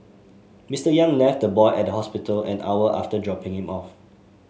Mister Yang left the boy at the hospital an hour after dropping him off